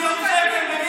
זה מים או יין לבן,